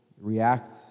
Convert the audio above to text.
react